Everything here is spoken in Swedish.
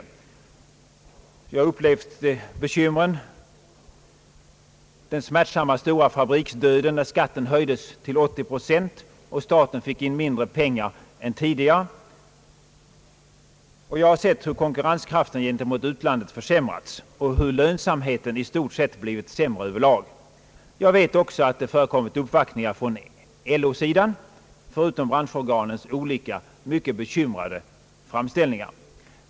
Jag har upplevt bekymren — den smärtsamma stora fabriksdöden när skatten höjdes till 80 procent och staten fick in mindre pengar än tidigare. Jag har sett hur konkurrenskraften gentemot utlandet försämrats och hur lönsamheten i stort sett blivit sämre över lag. Jag vet att det förekommit uppvaktningar från LO sidan förutom branschorganens olika mycket bekymrade framställningar.